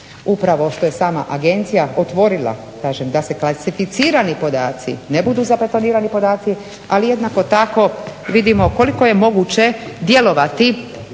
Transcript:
upravo što je sama Agencija otvorila kažem da se klasificirani podaci ne budu zabetonirani podaci. Ali jednako tako vidimo koliko je moguće djelovati